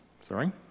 Sorry